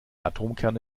atomkerne